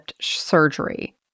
surgery